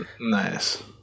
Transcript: nice